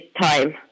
time